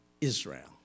Israel